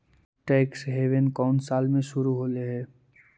Tax haven कउन साल में शुरू होलई हे?